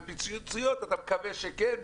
פיצוציות אתה מקווה שכן,